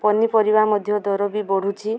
ପନିପରିବା ମଧ୍ୟ ଦର ବି ବଢ଼ୁଛି